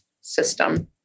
system